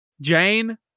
Jane